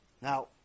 Now